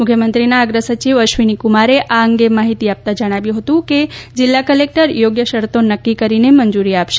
મુખ્યમત્રીના અગ્રસચિવ અશ્વિની કુમારે આ અંગે માહિતી આપતા જણાવ્યું હતું કે જીલ્લા કલેકટર યોગ્ય શરતો નકી કરીને મંજુરી આપશે